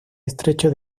estrecho